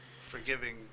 forgiving